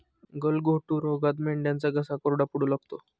गलघोटू रोगात मेंढ्यांचा घसा कोरडा पडू लागतो